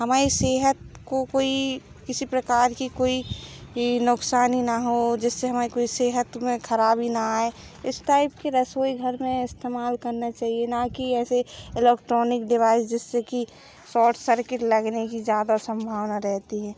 हमारी सेहत को कोई किसी प्रकार की कोई नुक़सान ना हो जिससे हमारी कोई सेहत में ख़राबी ना आए इस टाइप की रसोई घर में इस्तेमाल करना चाहिए ना कि ऐसे इलेक्ट्रॉनिक डिवाइस जिससे कि सॉर्ट सर्किट लगने की ज़्यादादा संभावना रहती है